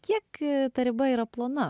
kiek ta riba yra plona